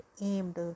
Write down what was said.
aimed